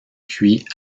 cuit